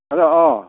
हेल' अ